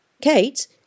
Kate